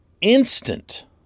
instant